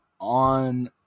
on